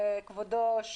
כבודו,